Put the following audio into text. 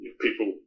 people